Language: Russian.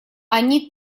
они